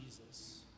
Jesus